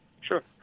Sure